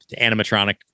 animatronic